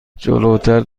جلوتر